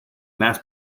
mass